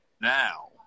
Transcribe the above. now